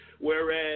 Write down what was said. whereas